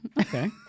Okay